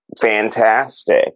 fantastic